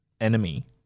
enemy